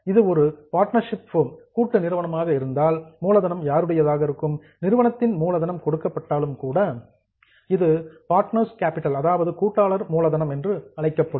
இது ஒரு partnership firm கூட்டு நிறுவனமாக இருந்தால் மூலதனம் யாருடையதாக இருக்கும் நிறுவனத்திற்கு மூலதனம் கொடுக்கப்பட்டாலும் கூட இது பார்ட்னர்ஸ் கேப்பிட்டல் கூட்டாளர் மூலதனம் என்று அழைக்கப்படும்